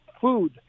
food